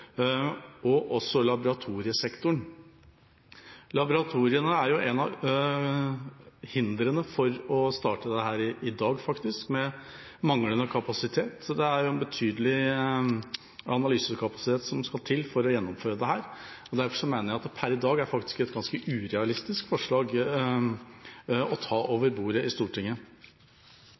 og også laboratoriesektoren. Laboratoriene er et av hindrene for å starte dette i dag, med manglende kapasitet. Det er en betydelig analysekapasitet som skal til for å gjennomføre dette. Derfor mener jeg at det per i dag er et ganske urealistisk forslag å ta